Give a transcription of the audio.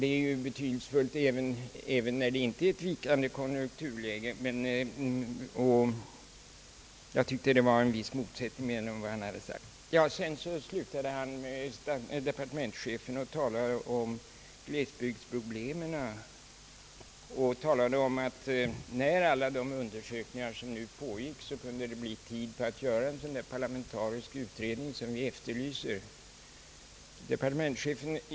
Det är ju betydelsefullt att vidtaga dessa åtgärder även om konjunkturläget inte är vikande, och jag tyckte att det rådde en viss motsättning mellan de båda saker departementschefen här anförde. Departementschefen slutade sitt anförande med att tala om glesbygdsproblemen. Han sade att när alla de undersökningar som nu pågick var färdiga, kunde det bli tid för att göra en sådan parlamentarisk utredning som vi efterlyser.